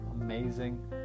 Amazing